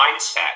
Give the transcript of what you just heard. mindset